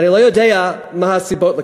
אני לא יודע מה הסיבות לכך.